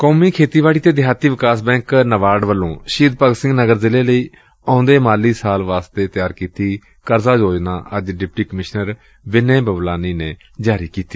ਕੌਮੀ ਖੇਤੀਬਾੜੀ ਤੇ ਦਿਹਾਤੀ ਵਿਕਾਸ ਬੈਂਕ ਨਬਾਰਡ ਵੱਲੋ ਸ਼ਹੀਦ ਭਗਤ ਸਿੰਘ ਨਗਰ ਜ਼ਿਲ੍ਹੇ ਲਈ ਆਉਂਦੇ ਮਾਲੀ ਵਰ੍ਹੇ ਲਈ ਤਿਆਰ ਕੀਤੀ ਕਰਜ਼ਾ ਯੋਜਨਾ ਅੱਜ ਡਿਪਟੀ ਕਮਿਸ਼ਨਰ ਵਿਨੈ ਬਬਲਾਨੀ ਨੇ ਜਾਰੀ ਕੀਤੀ